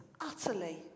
utterly